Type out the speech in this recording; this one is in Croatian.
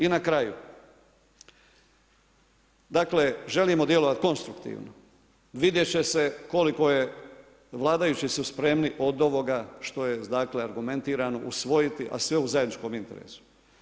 I na kraju, dakle želimo djelovati konstruktivno, vidjeti će se koliko su vladajući spremni od ovoga što je dakle argumentirano usvojiti a sve u zajedničkom interesu.